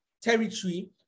territory